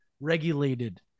regulated